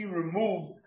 removed